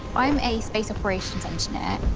i am a space operations engineer.